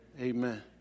Amen